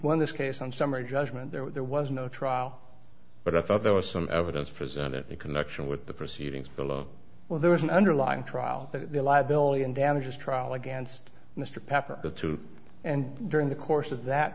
when this case on summary judgment there was no trial but i thought there was some evidence presented in connection with the proceedings below well there was an underlying trial there liability and damages trial against mr pepper the two and during the course of that